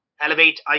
elevate